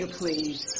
please